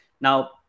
now